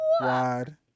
wide